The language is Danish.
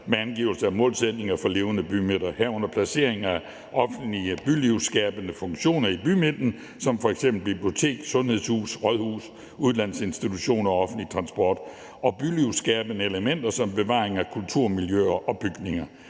med angivelse af målsætninger for levende bymidter, herunder placeringen af offentlige bylivsskabende funktioner i bymidten som f.eks. bibliotek, sundhedshus, rådhus, uddannelsesinstitutioner og offentlig transport og bylivsskabende elementer som bevaring af kultur, miljø og bygninger.